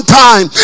time